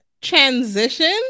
transition